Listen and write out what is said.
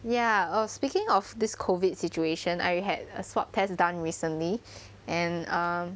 ya oh speaking of this COVID situation I had a swab test done recently and um